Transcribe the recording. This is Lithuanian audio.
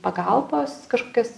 pagalbos kažkokias